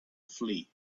flee